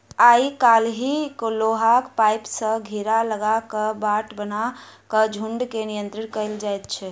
आइ काल्हि लोहाक पाइप सॅ घेरा लगा क बाट बना क झुंड के नियंत्रण कयल जाइत छै